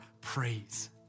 praise